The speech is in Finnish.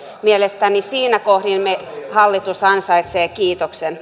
mielestäni siinä kohdin hallitus ansaitsee kiitoksen